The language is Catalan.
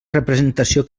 representació